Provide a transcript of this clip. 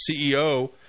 CEO